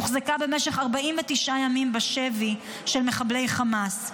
הוחזקה במשך 49 ימים בשבי של מחבלי חמאס.